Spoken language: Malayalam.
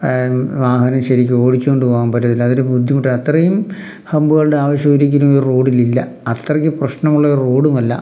അതായത് വാഹനം ശരിക്കും ഓടിച്ചോണ്ട് പോവാൻ പറ്റത്തില്ല അതൊരു ബുദ്ധിമുട്ട് അത്രയും ഹമ്പുകളുടെ ആവശ്യമൊരിക്കലും ഈ റോഡിലില്ല അത്രയ്ക്ക് പ്രശ്നമുള്ള ഒരു റോഡുമല്ല